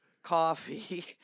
coffee